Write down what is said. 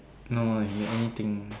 no lah it can be anything